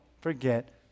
forget